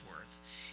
worth